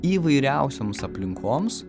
įvairiausioms aplinkoms